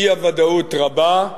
האי-ודאות רבה.